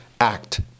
act